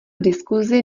diskuzi